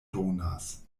donas